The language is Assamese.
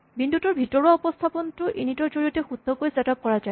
বিন্দুটোৰ ভিতৰুৱা উপস্হাপনটো ইনিট ৰ জৰিয়তে শুদ্ধকৈ চেট আপ কৰা যায়